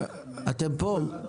אתם פה?